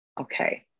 Okay